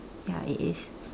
ya it is